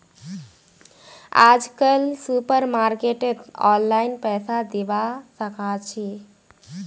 आजकल सुपरमार्केटत ऑनलाइन पैसा दिबा साकाछि